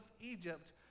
Egypt